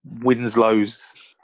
Winslow's